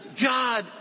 god